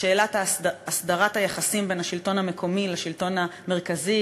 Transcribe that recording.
שאלת הסדרת היחסים בין השלטון המקומי לשלטון המרכזי,